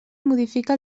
modifica